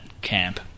camp